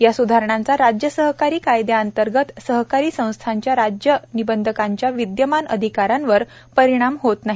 या सुधारणांचा राज्य सहकारी कायद्यांतर्गत सहकारी संस्थांच्या राज्य निबंधकांच्या विद्यमान अधिकारांवर परिणाम होत नाही